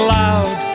loud